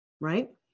right